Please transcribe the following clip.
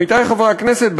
עמיתי חברי הכנסת,